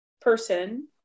person